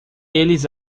eles